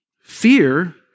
Fear